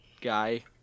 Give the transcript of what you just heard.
guy